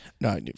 No